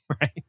Right